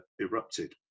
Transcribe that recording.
erupted